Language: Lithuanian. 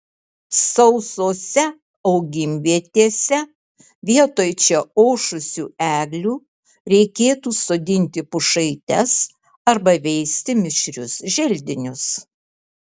sausose augimvietėse vietoj čia ošusių eglių reikėtų sodinti pušaites arba veisti mišrius želdinius